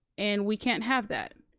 and we can't have that.